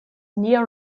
nia